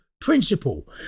principle